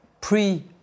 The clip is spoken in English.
Pre